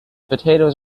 potatoes